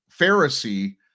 Pharisee